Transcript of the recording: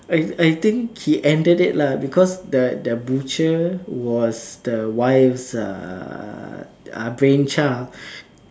I I think he ended it lah because the the butcher was the wife's uh brain child